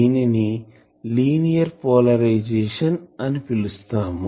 దీనిని linear polarization అని పిలుస్తాం